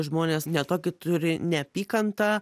žmonės ne tokį turi neapykantą